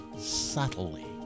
subtly